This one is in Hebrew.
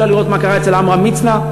אפשר לראות מה קרה אצל עמרם מצנע,